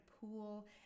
pool